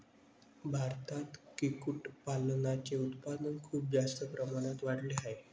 भारतात कुक्कुटपालनाचे उत्पादन खूप जास्त प्रमाणात वाढले आहे